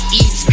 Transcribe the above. eat